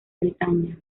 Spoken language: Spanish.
bretaña